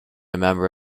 member